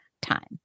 time